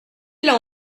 l’a